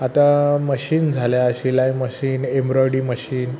आता मशीन झाल्या शिलाई मशीन एम्ब्रॉइडी मशीन